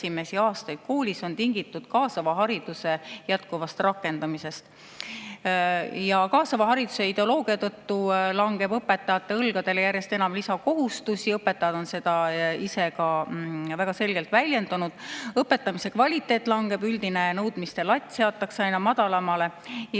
Kaasava hariduse ideoloogia tõttu langeb õpetajate õlgadele järjest enam lisakohustusi. Õpetajad on seda ise ka väga selgelt väljendanud. Õpetamise kvaliteet langeb, üldine nõudmiste latt seatakse aina madalamale. Ja